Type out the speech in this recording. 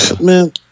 man